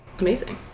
Amazing